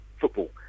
football